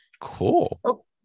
cool